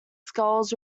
skulls